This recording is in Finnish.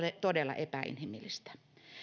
todella epäinhimillistä